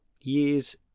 years